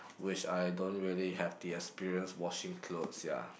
which I don't really have the experience washing clothes ya